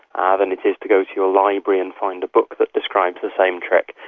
ah than it is to go to your library and find a book that describes the same trick.